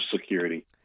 security